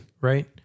right